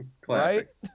Classic